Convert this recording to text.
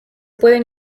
pueden